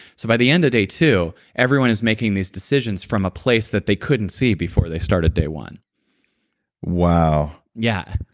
so by the end of day two everyone is making these decisions from a place that they couldn't see before they started day one wow bulletproof